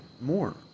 more